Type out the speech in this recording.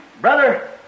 Brother